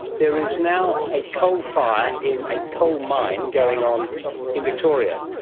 there is now a coal fire in a coal mine going on in victoria,